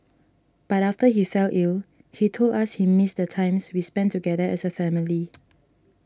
but after he fell ill he told us he missed the times we spent together as a family